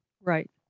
Right